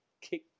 kick